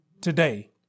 today